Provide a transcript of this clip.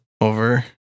over